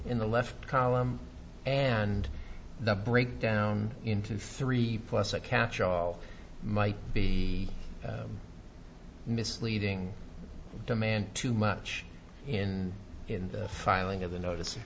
in the left column and the break down into three plus a catchall might be misleading demand too much in in the filing of the notice